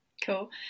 cool